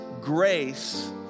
grace